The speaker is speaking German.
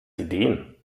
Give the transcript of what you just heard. ideen